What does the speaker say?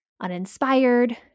uninspired